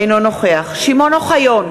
אינו נוכח שמעון אוחיון,